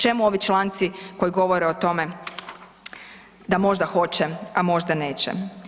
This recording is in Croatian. Čemu ovi članci koji govore o tome da možda hoće, a možda neće.